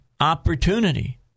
opportunity